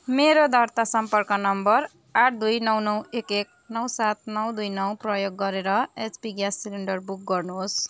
मेरो दर्ता सम्पर्क नम्बर आठ दुई नौ नौ एक एक नौ सात नौ दुई नौ प्रयोग गरेर एचपी ग्यास सिलिन्डर बुक गर्नुहोस्